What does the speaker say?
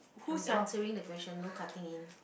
I'm answering the question no cutting in